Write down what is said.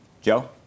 Joe